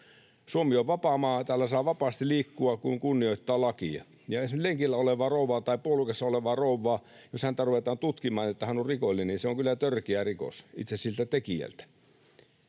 Suomi on vapaa maa. Täällä saa vapaasti liikkua, kun kunnioittaa lakia. Ja esim. jos lenkillä olevaa rouvaa tai puolukassa olevaa rouvaa ruvetaan tutkimaan, että hän on rikollinen, niin se on kyllä törkeä rikos siltä itse tekijältä.